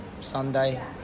Sunday